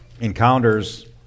encounters